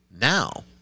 Now